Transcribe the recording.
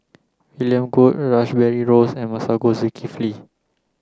William Goode Rash Behari Rose and Masagos Zulkifli